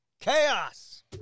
chaos